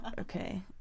Okay